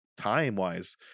time-wise